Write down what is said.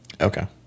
Okay